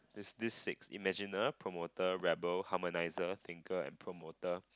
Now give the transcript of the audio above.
there's this six imagine uh promoter rebel harmonizer thinker and promoter